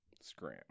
scram